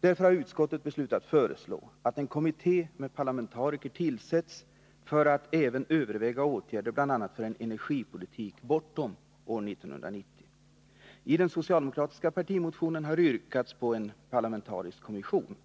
Därför har utskottet beslutat föreslå att en kommitté med parlamentariker tillsätts för att även överväga åtgärder för en energipolitik bortom år 1990. I den socialdemokratiska partimotionen har yrkats på en parlamentarisk kommission.